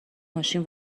ماشین